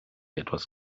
etwas